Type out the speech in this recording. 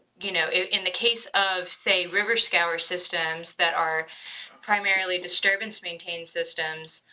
you know in the case of say river scour systems that are primarily disturbance maintained systems,